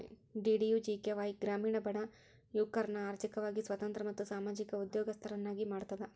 DDUGKY ಗ್ರಾಮೇಣ ಬಡ ಯುವಕರ್ನ ಆರ್ಥಿಕವಾಗಿ ಸ್ವತಂತ್ರ ಮತ್ತು ಸಾಮಾಜಿಕವಾಗಿ ಉದ್ಯೋಗಸ್ತರನ್ನ ಮಾಡ್ತದ